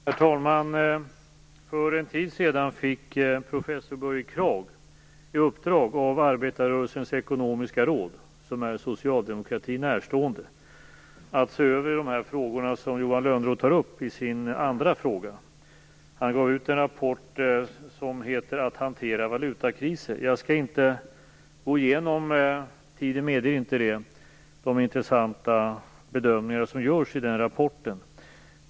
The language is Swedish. Herr talman! För en tid sedan fick professor Börje Kragh i uppdrag av arbetarrörelsens ekonomiska råd, som är socialdemokratin närstående, att se över de frågor som Johan Lönnroth tar upp i sin andra fråga. Han gav ut en rapport som heter Att hantera valutakriser. Tiden medger inte att jag går igenom de intressanta bedömningar som görs i rapporten.